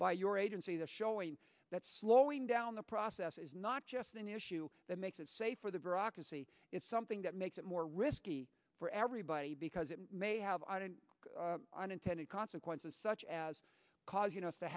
by your agency that showing that slowing down the process is not just an issue that makes it safer the bureaucracy it's something that makes it more risky for everybody because it may have unintended consequences such as cause you know